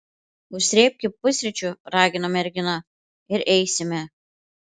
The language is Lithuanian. užsrėbki pusryčių ragino mergina ir eisime